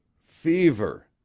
fever